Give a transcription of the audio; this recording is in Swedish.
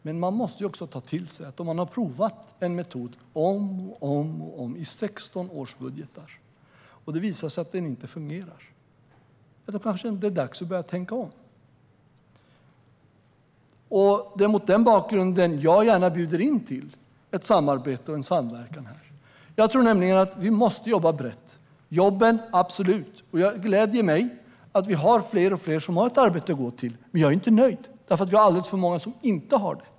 Men man måste också ta till sig att om man har provat en metod om och om igen i 16 års budgetar och det visar sig att den inte fungerar, ja, då kanske det är dags att tänka om. Det är mot den bakgrunden som jag gärna bjuder in till ett samarbete och en samverkan. Vi måste jobba brett för att öka jobben. Det gläder mig att det är fler och fler som har ett arbete att gå till, men jag är inte nöjd. Det är alldeles för många som inte har det.